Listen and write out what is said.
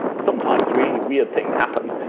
sometimes really weird things happen.